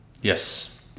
Yes